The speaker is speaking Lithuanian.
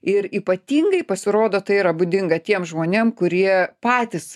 ir ypatingai pasirodo tai yra būdinga tiem žmonėm kurie patys